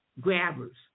grabbers